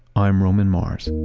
i'm roman mars